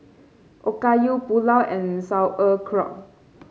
Okayu Pulao and Sauerkraut